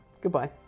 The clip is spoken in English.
goodbye